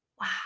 Wow